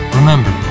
Remember